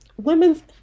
Women's